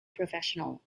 professional